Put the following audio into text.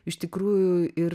iš tikrųjų ir